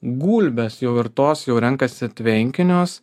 gulbės jau ir tos jau renkasi tvenkinius